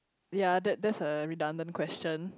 ya that that's a redundant question